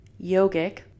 yogic